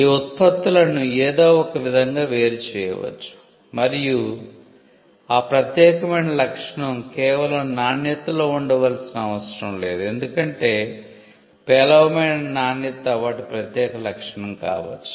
ఈ ఉత్పత్తులను ఏదో ఒక విధంగా వేరు చేయవచ్చు మరియు ఆ ప్రత్యేకమైన లక్షణం కేవలం నాణ్యతలో ఉండవలసిన అవసరం లేదు ఎందుకంటే పేలవమైన నాణ్యత వాటి ప్రత్యేక లక్షణం కావచ్చు